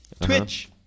twitch